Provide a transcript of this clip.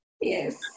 Yes